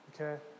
Okay